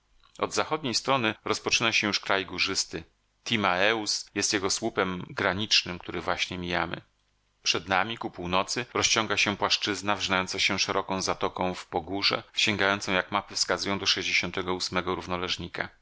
od zachodniej strony rozpoczyna się już kraj górzysty timaeus jest jego słupem granicznym który właśnie mijamy przed nami ku północy rozciąga się płaszczyzna wrzynająca się szeroką zatoką w pogórze a sięgająca jak mapy wskazują do równoleżnika nie